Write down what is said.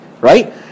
right